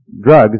drugs